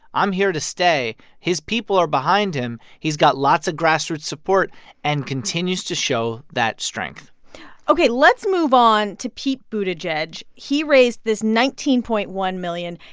i'm here to stay. his people are behind him. he's got lots of grassroots support and continues to show that strength ok. let's move on to pete buttigieg. he raised this nineteen point one million.